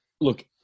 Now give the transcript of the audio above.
look